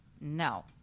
No